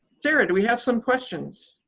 sarah, do we have some questions?